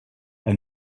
and